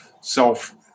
self